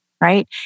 right